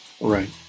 Right